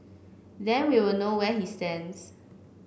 then we will know where he stands